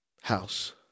house